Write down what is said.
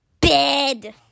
bed